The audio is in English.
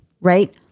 right